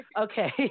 Okay